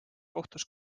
kohtus